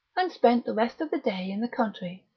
and spent the rest of the day in the country.